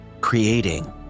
creating